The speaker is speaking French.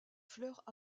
fleurs